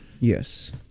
yes